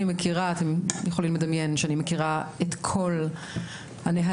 אתם יכולים לדמיין שאני מכירה את כל הנהלים,